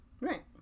Right